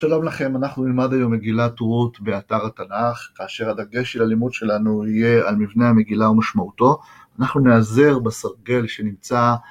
שלום לכם, אנחנו נלמד היום מגילת רות באתר התנ״ך, כאשר הדגש של הלימוד שלנו יהיה על מבנה המגילה ומשמעותו, אנחנו נעזר בסרגל שנמצא